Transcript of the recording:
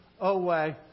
away